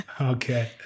Okay